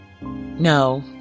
No